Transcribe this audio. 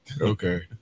Okay